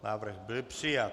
Návrh byl přijat.